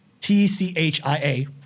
T-C-H-I-A